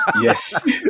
Yes